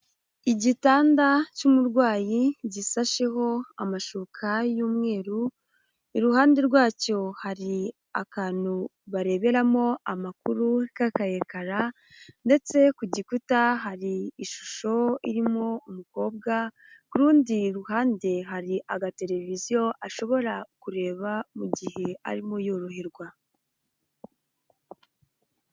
Igitanda cy'umurwayi gisasheho amashuka y'umweru, iruhande rwacyo hari akantu bareberamo amakuru k'akayekara ndetse ku gikuta hari ishusho irimo umukobwa, ku rundi ruhande hari agateleviziyo ashobora kureba mu gihe arimo yoroherwa.